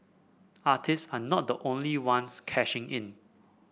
artist are not the only ones cashing in